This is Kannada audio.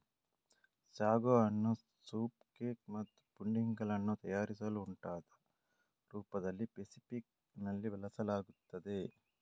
ಸಾಗೋ ಅನ್ನು ಸೂಪ್ ಕೇಕ್ ಮತ್ತು ಪುಡಿಂಗ್ ಗಳನ್ನು ತಯಾರಿಸಲು ಊಟದ ರೂಪದಲ್ಲಿ ಫೆಸಿಫಿಕ್ ನಲ್ಲಿ ಬಳಸಲಾಗುತ್ತದೆ